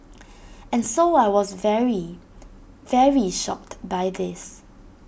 and so I was very very shocked by this